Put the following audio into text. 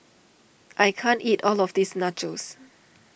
I can't eat all of this Nachos